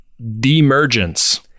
demergence